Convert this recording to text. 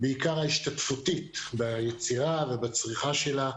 בעיקר ההשתתפותית, ביצירה ובצריכה שלה.